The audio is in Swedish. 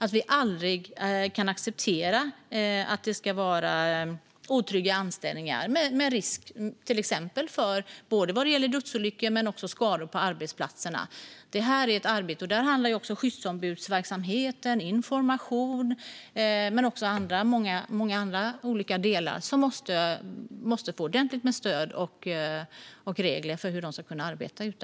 Vi kan aldrig acceptera att det ska vara otrygga anställningar med risk för till exempel dödsolyckor men också skador på arbetsplatserna. Det är ett arbete. Det handlar om skyddsombudsverksamheten, information men också många andra olika delar. De måste få ordentligt med stöd och regler för hur de ska kunna arbeta ute.